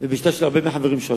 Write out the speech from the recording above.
ובשיטה של הרבה מהחברים שלך,